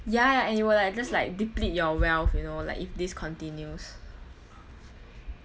ya and you will like just like deplete your wealth you know like if this continues